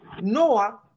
Noah